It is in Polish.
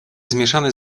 zmieszane